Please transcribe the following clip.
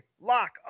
Lock